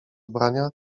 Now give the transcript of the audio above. ubrania